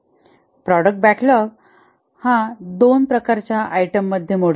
product backlog हा दोन प्रकारच्या आयटम मध्ये मोडतो